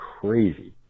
crazy